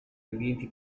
ambienti